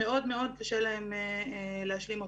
שמאוד מאוד קשה להם להשלים אותם.